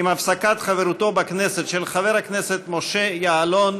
עם הפסקת חברותו בכנסת של חבר הכנסת משה יעלון,